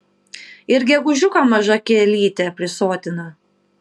ir gegužiuką maža kielytė prisotina